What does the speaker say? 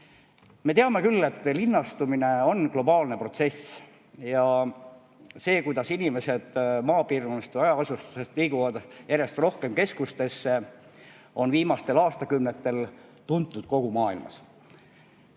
Me teame küll, et linnastumine on globaalne protsess. See, et inimesed maapiirkondadest ehk hajaasustusest liiguvad järjest rohkem keskustesse, on viimastel aastakümnetel toimunud kogu maailmas.